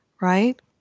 right